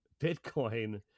Bitcoin